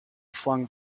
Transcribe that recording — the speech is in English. flung